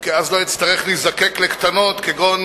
כי אז לא אצטרך להיזקק לקטנות כגון